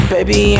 Baby